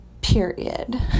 period